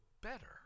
better